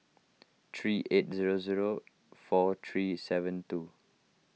three eight zero zero four three seven two